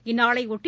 இந்நாளையொட்டி